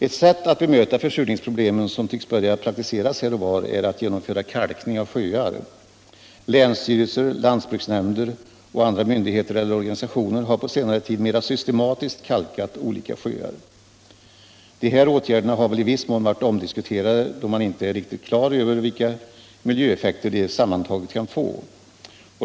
Ett sätt att bemöta försurningsproblemen som tycks börja praktiseras här och var är att genomföra kalkning av sjöar. Länsstyrelser, lantbruksnämnder och andra myndigheter eller organisationer har på senare tid mer systematiskt kalkat olika sjöar. De här åtgärderna har i viss mån varit omdiskuterade, då man inte riktigt vet vilka miljöeffekter de sammantaget kan få.